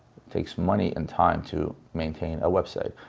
takes money and time to maintain a website,